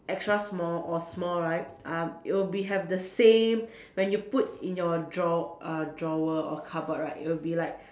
extra small or small right uh it'll be have the same when you put in your draw~ uh drawer or cupboard right it'll be like